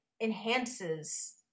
enhances